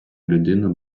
людину